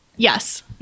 Yes